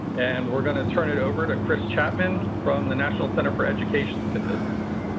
and we're going to turn it over to chris chapman from the national center for education statistics.